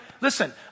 listen